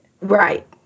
Right